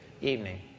evening